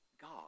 God